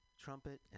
trumpet